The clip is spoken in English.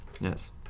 Yes